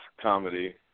comedy